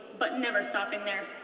but never stopping there.